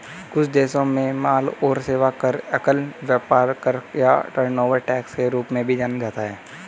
कुछ देशों में माल और सेवा कर, एकल व्यापार कर या टर्नओवर टैक्स के रूप में भी जाना जाता है